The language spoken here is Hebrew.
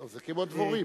זה כמו דבורים.